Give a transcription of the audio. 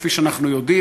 כפי שאנחנו יודעים,